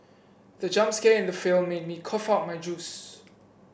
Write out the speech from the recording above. the jump scare in the film made me cough of my juice